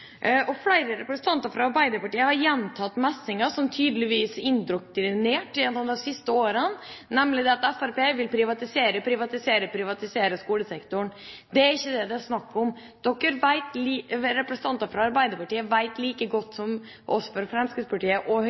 imponerende! Flere representanter fra Arbeiderpartiet har gjentatt messinga som tydeligvis er indoktrinert gjennom de siste årene, nemlig at Fremskrittspartiet vil privatisere, privatisere, privatisere skolesektoren. Det er ikke det det er snakk om. Representanter fra Arbeiderpartiet vet like godt som oss i Fremskrittspartiet og